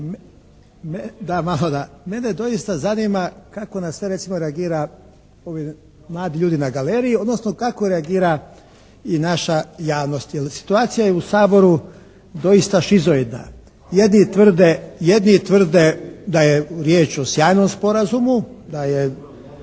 Da, malo da. Mene doista zanima kako na sve, recimo, reagira ovi mladi ljudi na galeriji, odnosno kako reagira i naša javnost. Jer situacija je u Saboru doista šizoidna. Jedni tvrde da je riječ o sjajnom sporazumu, drugi